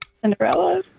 Cinderella